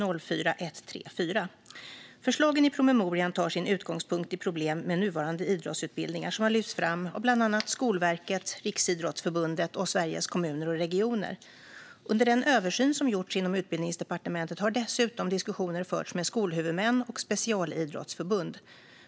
Förslagen i promemorian tar sin utgångspunkt i problem med nuvarande idrottsutbildningar som har lyfts fram av bland andra Skolverket, Riksidrottsförbundet och Sveriges Kommuner och Regioner. Under den översyn som gjorts inom Utbildningsdepartementet har dessutom diskussioner förts med skolhuvudmän och specialidrottsförbund.